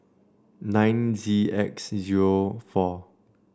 nine Z X zero four